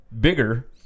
bigger